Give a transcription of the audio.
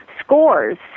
scores